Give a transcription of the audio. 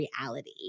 reality